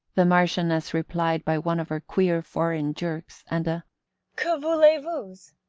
the marchioness replied by one of her queer foreign jerks, and a que voulez-vous?